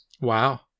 Wow